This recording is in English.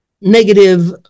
negative